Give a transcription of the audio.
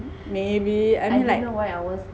maybe I mean like